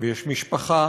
ויש משפחה